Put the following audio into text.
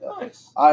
Nice